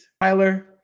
Tyler